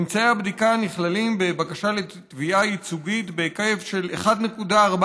ממצאי הבדיקה נכללים בבקשה לתביעה ייצוגית בהיקף של 1.4